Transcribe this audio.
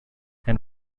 and